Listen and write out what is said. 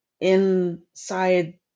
inside